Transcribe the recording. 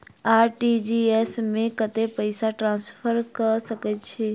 RTGS मे कतेक पैसा ट्रान्सफर कऽ सकैत छी?